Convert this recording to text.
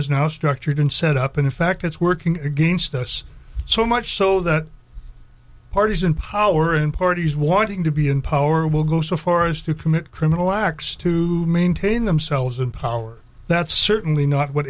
is now structured set up in fact it's working against us so much so that parties in power in parties wanting to be in power will go so far as to commit criminal acts to maintain themselves in power that's certainly not what